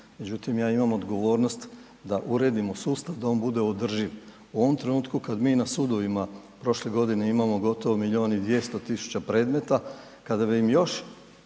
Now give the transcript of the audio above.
Međutim, ja imam odgovornost da uredimo sustav da on bude održiv. U ovom trenutku kad mi na sudovima, prošle godine imamo gotovo 1.200.000 predmeta, kada bi im još